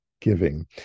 giving